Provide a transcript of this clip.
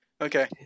okay